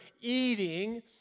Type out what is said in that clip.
eating